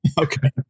Okay